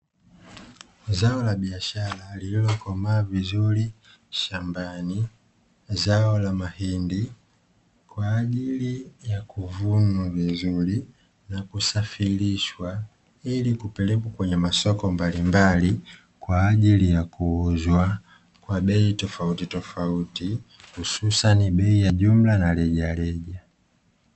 Zao la biashara lililokomaa vizuri shambani, zao la mahindi kwa ajili ya kuvunwa vizuri na kusafirishwa ili kupelekwa kwenye masoko mbalimbali kwa ajili ya kuuzwa, kwa bei tofautitofauti hususani bei ya jumla na rejareja .